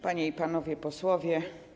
Panie i Panowie Posłowie!